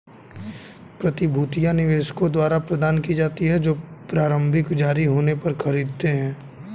प्रतिभूतियां निवेशकों द्वारा प्रदान की जाती हैं जो प्रारंभिक जारी होने पर खरीदते हैं